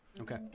Okay